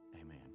Amen